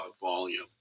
volume